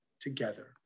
together